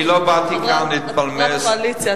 את חברת קואליציה,